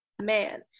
man